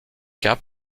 cap